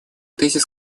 тезис